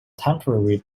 temporary